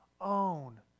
own